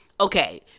Okay